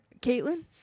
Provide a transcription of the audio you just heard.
Caitlin